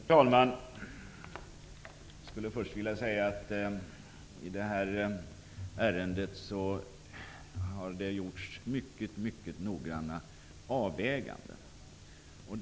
Herr talman! Jag vill först säga att det i detta ärende har gjorts mycket noggranna avväganden.